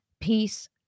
peace